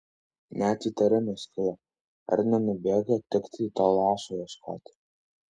net įtarimas kilo ar nenubėgo tiktai to lašo ieškoti